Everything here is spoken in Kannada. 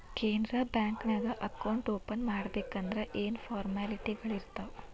ಕೆನರಾ ಬ್ಯಾಂಕ ನ್ಯಾಗ ಅಕೌಂಟ್ ಓಪನ್ ಮಾಡ್ಬೇಕಂದರ ಯೇನ್ ಫಾರ್ಮಾಲಿಟಿಗಳಿರ್ತಾವ?